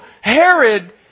Herod